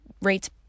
rates